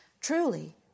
truly